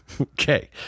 Okay